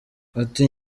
ati